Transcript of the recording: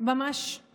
שממש